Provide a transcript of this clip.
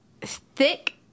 thick